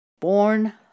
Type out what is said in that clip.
born